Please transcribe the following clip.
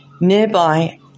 Nearby